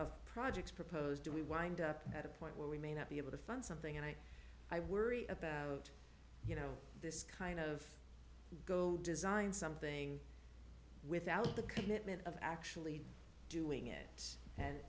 of projects proposed do we wind up at a point where we may not be able to fund something and i i worry about you know this kind of go design something without the commitment of actually doing it